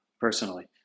personally